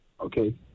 Okay